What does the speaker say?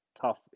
tough